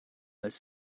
als